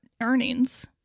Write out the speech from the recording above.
earnings